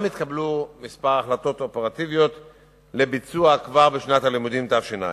גם התקבלו כמה החלטות אופרטיביות לביצוע כבר בשנת הלימודים תש"ע.